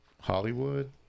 Hollywood